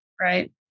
Right